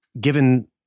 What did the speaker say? given